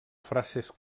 frases